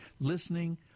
listening